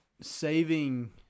saving